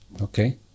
Okay